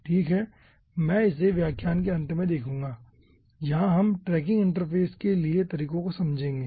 ठीक है मै इसे व्याख्यान के अंत में देखूंगा यहां हम ट्रैकिंग इंटरफ़ेस के लिए तरीकों को समझेंगे